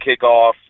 kickoff